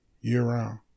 year-round